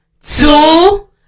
two